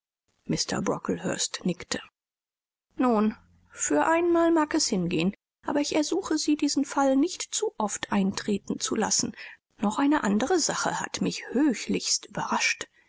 mr brocklehurst nickte nun für einmal mag es hingehen aber ich ersuche sie diesen fall nicht zu oft eintreten zu lassen noch eine andere sache hat mich höchlichst überrascht